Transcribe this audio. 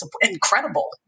incredible